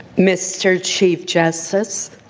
mr. chief justice,